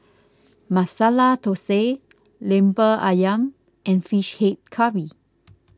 Masala Thosai Lemper Syam and Fish Head Curry